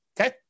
Okay